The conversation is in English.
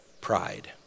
pride